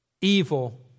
evil